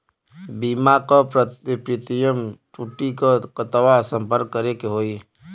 बीमा क प्रीमियम टूटी त कहवा सम्पर्क करें के होई?